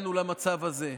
הגענו למצב הזה: